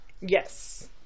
Yes